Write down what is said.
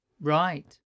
Right